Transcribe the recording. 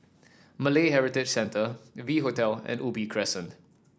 Malay Heritage Centre V Hotel and Ubi Crescent